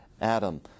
Adam